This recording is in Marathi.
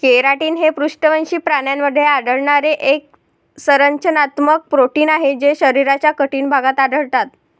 केराटिन हे पृष्ठवंशी प्राण्यांमध्ये आढळणारे एक संरचनात्मक प्रोटीन आहे जे शरीराच्या कठीण भागात आढळतात